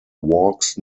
walks